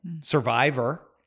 survivor